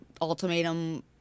ultimatum